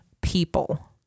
people